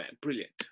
Brilliant